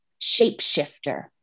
shapeshifter